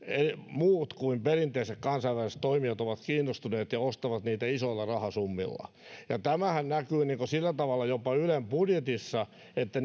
muut kuin perinteiset kansainväliset toimijat ovat kiinnostuneet ja joita ne ostavat isoilla rahasummilla tämähän näkyy sillä tavalla jopa ylen budjetissa että